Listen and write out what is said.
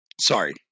Sorry